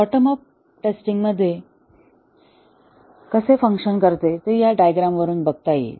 bottom up testing कसे function करते ते या डायग्रॅम वरून बघता येईल